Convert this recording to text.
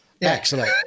Excellent